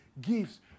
gifts